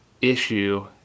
issue